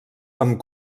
amb